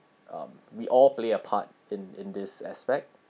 um we all play a part in in this aspect